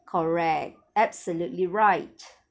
correct absolutely right